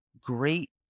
great